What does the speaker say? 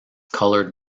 colored